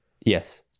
Yes